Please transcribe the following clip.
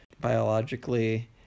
biologically